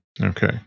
Okay